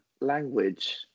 language